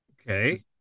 Okay